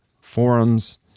Forums